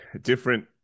different